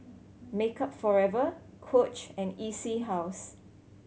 Makeup Forever Coach and E C House